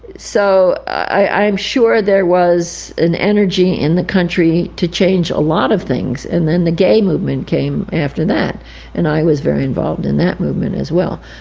so i'm sure there was an energy in the country to change a lot of things, and then the gay movement came after that and i was very involved in that movement as well.